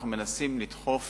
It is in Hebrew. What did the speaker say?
אנחנו מנסים לדחוף